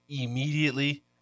immediately